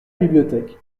bibliothèque